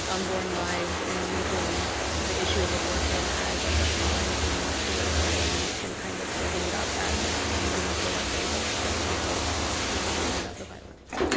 unborn lives, and using the issue of abortion as like a pawn in political games, and kind of holding it up as like using the pro-life label just to get votes, while not doing anything about the violence.